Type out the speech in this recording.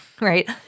right